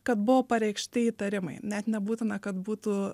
kad buvo pareikšti įtarimai net nebūtina kad būtų